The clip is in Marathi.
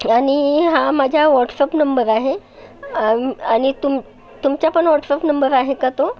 आणि हा माझा व्हॉटस्अप नंबर आहे आणि तुम तुमचा पण व्हॉटस्अप नंबर आहे का तो